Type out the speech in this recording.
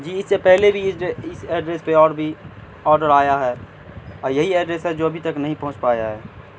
جی اس سے پہلے بھی اس ایڈریس پہ اور بھی آرڈر آیا ہے اور یہی ایڈریس ہے جو ابھی تک نہیں پہنچ پایا ہے